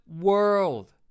world